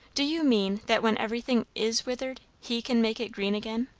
do you mean, that when everything is withered, he can make it green again?